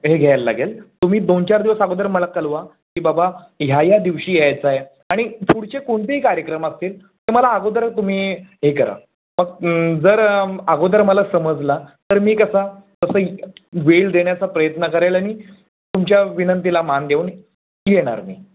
हे घ्यायला लागेल तुम्ही दोन चार दिवस अगोदर मला कळवा की बाबा ह्या ह्या दिवशी यायचं आहे आणि पुढचे कोणतेही कार्यक्रम असतील तर मला अगोदर तुम्ही हे करा फक्त जर अगोदर मला समजला तर मी कसा कसंही वेळ देण्याचा प्रयत्न करेन आणि तुमच्या विनंतीला मान देऊन येणार मी